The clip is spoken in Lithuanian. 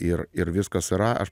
ir ir viskas yra aš